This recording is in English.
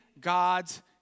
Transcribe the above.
God's